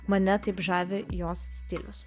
mane taip žavi jos stilius